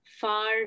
far